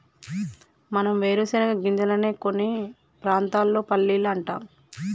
మనం వేరుశనగ గింజలనే కొన్ని ప్రాంతాల్లో పల్లీలు అంటాం